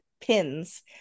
pins